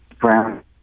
Brown